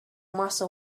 master